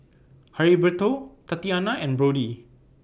Heriberto Tatyana and Brody